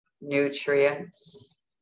nutrients